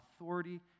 authority